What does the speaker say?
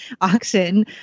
auction